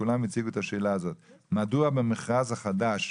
כולם הציגו את השאלה הזאת: מדוע במכרז החדש